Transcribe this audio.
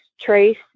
Trace